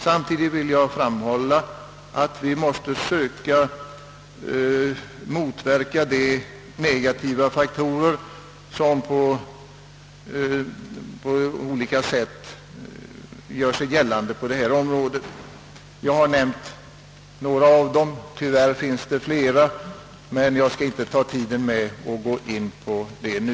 Samtidigt har jag velat framhålla att vi måste söka motverka de negativa faktorer som på olika sätt gör sig gällande på detta område. Jag har nämnt några av dem. Tyvärr finns det flera, men jag skall inte ta upp tiden med att gå in på dem nu.